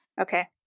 Okay